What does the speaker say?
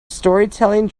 storytelling